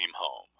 home